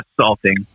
salting